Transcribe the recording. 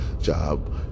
job